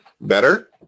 Better